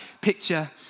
picture